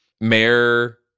Mayor